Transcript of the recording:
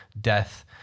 death